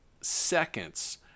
seconds